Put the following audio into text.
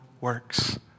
works